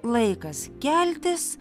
laikas keltis